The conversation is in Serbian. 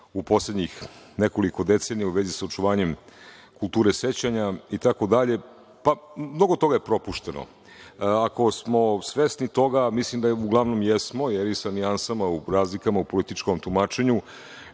u poslednjih nekoliko decenija u vezi sa očuvanjem kulture sećanja? Mnogo toga je propušteno, ako smo svesni, a mislim da uglavnom jesmo, sa nijansama u razlikama političkog tumačenja,